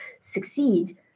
succeed